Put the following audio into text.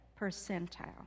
percentile